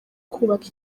kubaka